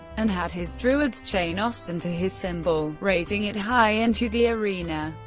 and had his druids chain austin to his symbol, raising it high into the arena.